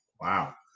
Wow